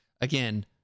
Again